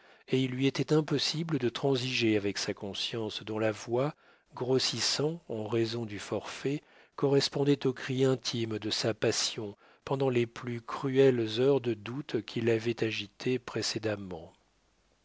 et il lui était impossible de transiger avec sa conscience dont la voix grossissant en raison du forfait correspondait aux cris intimes de sa passion pendant les plus cruelles heures de doute qui l'avaient agité précédemment